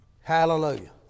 Hallelujah